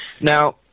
Now